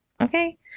Okay